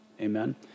amen